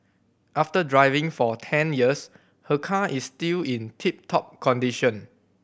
after driving for ten years her car is still in tip top condition